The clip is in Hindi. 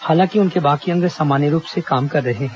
हालांकि उनके बाकी अंग सामान्य ढंग से काम कर रहे हैं